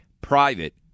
private